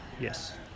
Yes